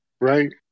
Right